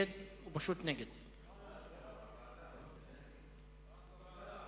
לוועדת הפנים והגנת הסביבה נתקבלה.